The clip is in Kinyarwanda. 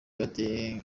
bateye